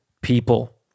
people